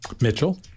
Mitchell